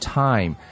time